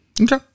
okay